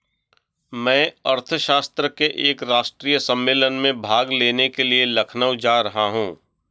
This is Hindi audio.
मैं अर्थशास्त्र के एक राष्ट्रीय सम्मेलन में भाग लेने के लिए लखनऊ जा रहा हूँ